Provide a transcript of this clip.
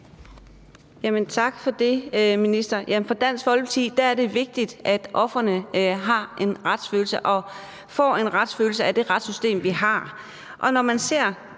tak for det, minister. For Dansk Folkeparti er det vigtigt, at ofrene har en retsfølelse og får en retsfølelse af det retssystem, vi har.